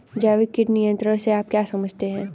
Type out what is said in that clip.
जैविक कीट नियंत्रण से आप क्या समझते हैं?